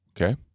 Okay